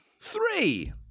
three